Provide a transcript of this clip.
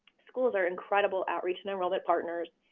schools are incredible outreach and enrollment partners.